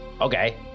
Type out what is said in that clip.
Okay